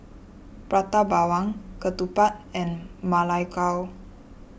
Prata Bawang Ketupat and Ma Lai Gao